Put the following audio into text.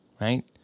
Right